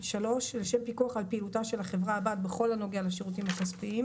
לשם פיקוח על פעילותה של החברה הבת בכל הנוגע לשירותים הכספיים